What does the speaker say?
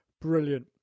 Brilliant